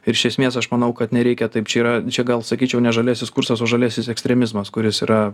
ir iš esmės aš manau kad nereikia taip čia yra čia gal sakyčiau ne žaliasis kursaso žaliasis ekstremizmas kuris yra